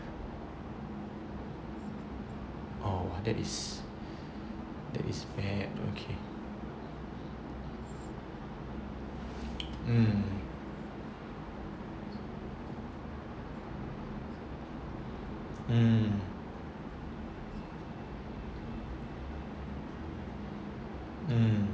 oh !whoa! that is that is ve~ okay mm mm mm